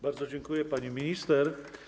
Bardzo dziękuję, pani minister.